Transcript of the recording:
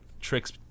tricks